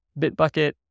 Bitbucket